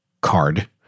card